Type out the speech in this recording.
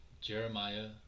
Jeremiah